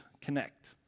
connect